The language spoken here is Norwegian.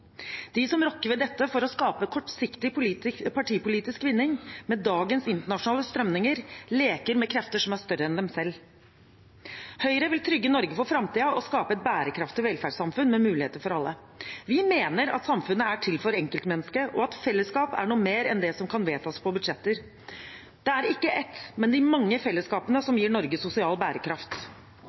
De som rokker ved dette for å skape kortsiktig partipolitisk vinning – med dagens internasjonale strømninger – leker med krefter som er større enn dem selv. Høyre vil trygge Norge for framtiden og skape et bærekraftig velferdssamfunn med muligheter for alle. Vi mener at samfunnet er til for enkeltmennesket, og at fellesskap er noe mer enn det som kan vedtas i budsjetter. Det er ikke ett fellesskap, men de mange fellesskapene, som gir Norge sosial bærekraft.